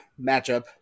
matchup